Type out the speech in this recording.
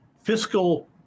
Fiscal